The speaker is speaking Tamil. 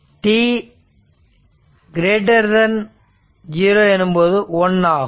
t0 எனும்போது 1 ஆகும்